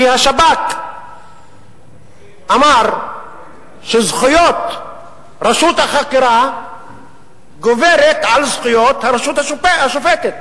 כי השב"כ אמר שזכויות רשות החקירה גוברות על זכויות הרשות השופטת.